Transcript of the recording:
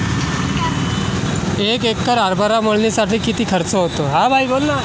एक एकर हरभरा मळणीसाठी किती खर्च होतो?